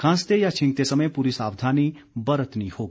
खांसते या छींकते समय पूरी सावधानी बरतनी होगी